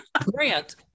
Grant